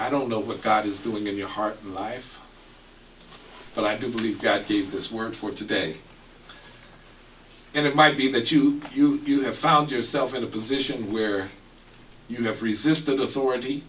i don't know what god is doing in your heart life but i do believe god gave this work for today and it might be that you you have found yourself in a position where you have resisted authority